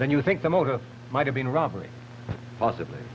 then you think the motor might have been robbery possibly